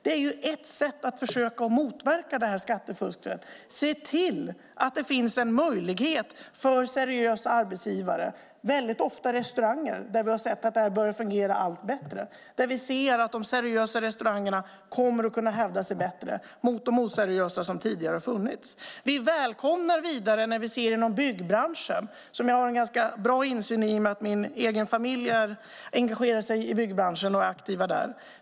Det är ett sätt att försöka motverka detta skattefusk och se till att det finns en möjlighet för seriösa arbetsgivare. Det gäller ofta restauranger där vi har sett att detta börjar fungera allt bättre. Vi ser att de seriösa restaurangerna kommer att kunna hävda sig bättre mot de oseriösa som tidigare har funnits. Jag har en ganska bra insyn i byggbranschen i och med att min egen familj är engagerad och aktiv där.